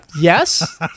Yes